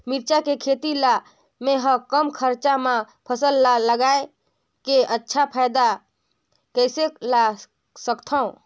मिरचा के खेती ला मै ह कम खरचा मा फसल ला लगई के अच्छा फायदा कइसे ला सकथव?